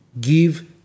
give